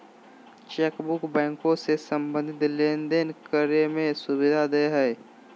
chequebook बैंको से संबंधित लेनदेन करे में सुविधा देय हइ